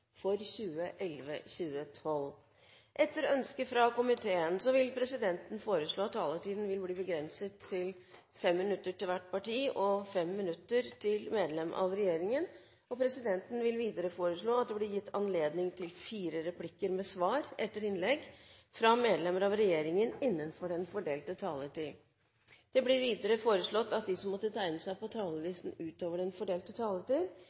For undertegnede ville det betydd en Amazon 69-modell, men den er uansett utenfor aldersfradraget! Flere har ikke bedt om ordet til sak nr. 7. Etter ønske fra finanskomiteen vil presidenten foreslå at taletiden blir begrenset til 5 minutter til hvert parti og 5 minutter til medlem av regjeringen. Videre vil presidenten foreslå at det blir gitt anledning til fire replikker med svar etter innlegg fra medlem av regjeringen innenfor den fordelte taletid. Videre vil presidenten foreslå at de